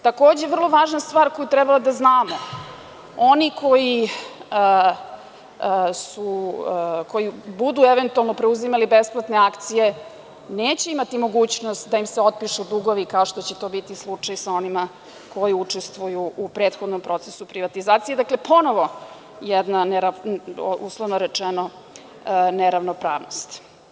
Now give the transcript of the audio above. Takođe, vrlo važna stvar, koju treba da znamo, oni koji budu eventualno preuzimali besplatne akcije neće imati mogućnost da im se otpišu dugovi, kao što će to biti slučaj sa onima koji učestvuju u prethodnom procesu privatizacije, dakle ponovo jedna, uslovno rečeno, neravnopravnost.